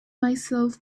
myself